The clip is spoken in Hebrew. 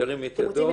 ירים את ידו.